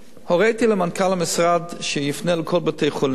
הוריתי למנכ"ל המשרד שיפנה לכל בתי-החולים,